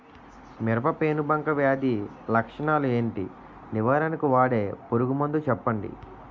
మిరప పెనుబంక వ్యాధి లక్షణాలు ఏంటి? నివారణకు వాడే పురుగు మందు చెప్పండీ?